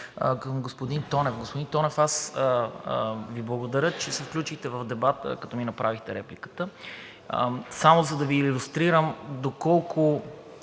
Към господин Тонев. Господин Тонев, аз Ви благодаря, че се включихте в дебата, като ми направихте реплика. Само за да Ви илюстрирам доколко